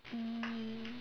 mm